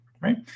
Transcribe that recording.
right